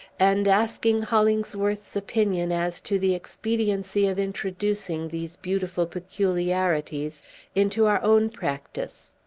and asking hollingsworth's opinion as to the expediency of introducing these beautiful peculiarities into our own practice.